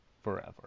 Forever